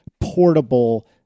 portable –